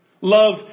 Love